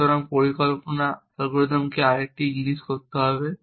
সুতরাং পরিকল্পনা অ্যালগরিদমকে আরেকটি জিনিস করতে হবে